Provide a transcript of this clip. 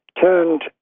turned